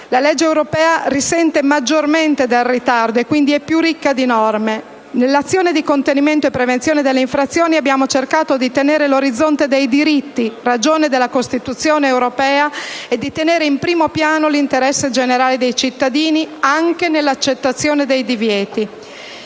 la legge europea risente maggiormente del ritardo ed è, conseguentemente, più ricca di norme. Nell'azione di contenimento e prevenzione delle infrazioni abbiamo cercato di tenere l'orizzonte dei diritti, ragione della Costituzione europea, e di tenere in primo piano l'interesse generale dei cittadini anche nell'accettazione dei divieti.